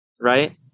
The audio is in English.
right